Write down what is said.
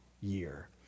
year